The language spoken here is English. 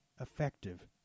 effective